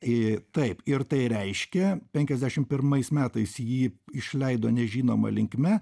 taip ir tai reiškia penkiasdešimt pirmais metais jį išleido nežinoma linkme